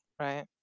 right